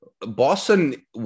Boston